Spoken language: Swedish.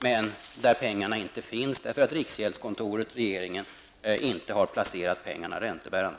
Men medlen finns inte därför att riksgäldskontoret inte har placerat pengarna räntebärande.